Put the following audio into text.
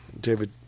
David